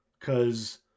Cause